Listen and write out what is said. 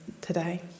today